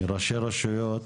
מראשי רשויות,